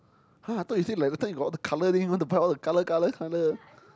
!huh! I thought you say like last time you got all the colour then you want to buy all the colour colour colour